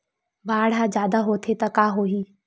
बाढ़ ह जादा होथे त का होही?